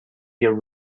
your